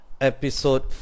episode